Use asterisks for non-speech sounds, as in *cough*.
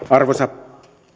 *unintelligible* arvoisa